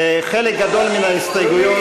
חלק גדול מההסתייגויות, לא,